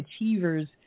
Achievers